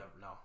no